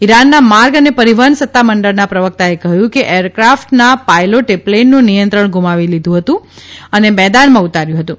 ઇરાનના માર્ગ અને પરિવહન સત્તામંડળના પ્રવકતાએ કહ્યું કે એરક્રાફ્ટના પાયલોટે પ્લેનનું નિયંત્રણ ગુમાવી દીધું હતું અને મેદાનમાં ઉતાર્યું હતું